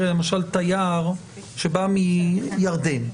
למשל תייר שבא מירדן,